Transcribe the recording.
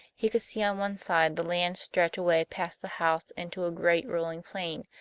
he could see on one side the land stretch away past the house into a great rolling plain,